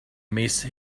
missed